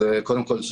קודם כול,